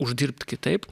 uždirbt kitaip